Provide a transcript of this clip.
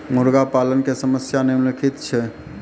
मुर्गा पालन के समस्या निम्नलिखित छै